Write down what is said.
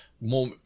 more